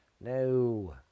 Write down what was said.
No